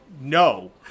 no